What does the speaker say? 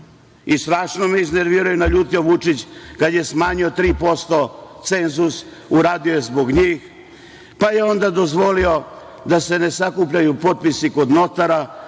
Strašno me je iznervirao i naljutio Vučić kad je smanjio 3% cenzus, uradio je to zbog njih. Onda je dozvolio da se ne sakupljaju potpisi kod notara,